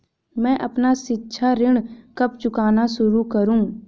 मैं अपना शिक्षा ऋण कब चुकाना शुरू करूँ?